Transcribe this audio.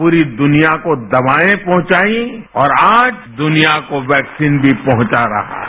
पूरी दुनियाको दवाएं पहुंचाई और आज दुनिया को वैक्सीन भी पहुंचा रहा है